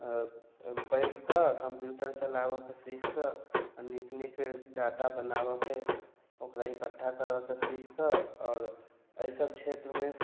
बैठकऽ कम्प्यूटर चलाबऽके सीखकऽ आओर नीक नीक डाटा बनाबऽके ओकरा इकठ्ठा करैके सीखकऽ आओर एहि सभ क्षेत्रमे